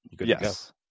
Yes